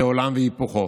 זה עולם והיפוכו.